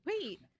Wait